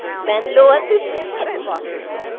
ben lowers his paper and watches him.